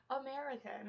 American